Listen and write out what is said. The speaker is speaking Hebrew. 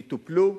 יטופלו,